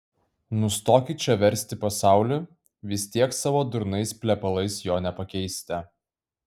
nustokit čia versti pasaulį vis tiek savo durnais plepalais jo nepakeisite